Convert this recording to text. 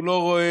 הוא לא רואה